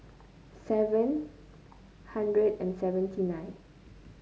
seven hundred and seventy nine